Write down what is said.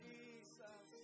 Jesus